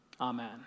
amen